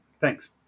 Thanks